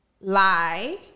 lie